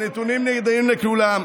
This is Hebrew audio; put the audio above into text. הנתונים ידועים לכולם.